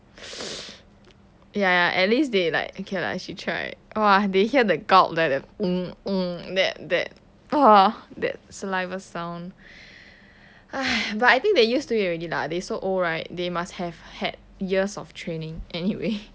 ya ya at least they like okay lah she tried !wah! they hear the gulp like the mm mm that that !wah! that saliva sound but I think they used to it already lah they so old right they must have had years of training anyway